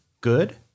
good